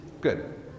Good